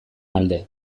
alde